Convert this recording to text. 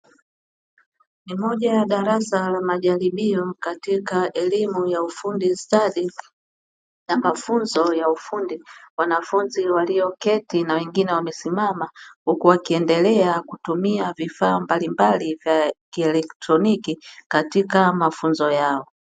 Moja ya darasa la majaribio katika elimu ya ufundi stadi na mafunzo ya ufundi, wanafunzi walioketi na wengine wamesimama huku wakiendelea kutumia vifaa mbalimbali vya kielektroniki katika mafunzo yao.